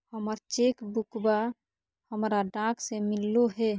हमर चेक बुकवा हमरा डाक से मिललो हे